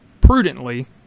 prudently